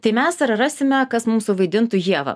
tai mes ar rasime kas mums suvaidintų ievą